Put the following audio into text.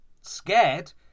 Scared